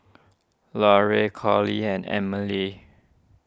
Larae Curley and Emile